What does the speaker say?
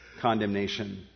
condemnation